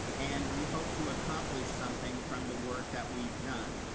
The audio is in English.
and we hope to accomplish something from the work that we've done.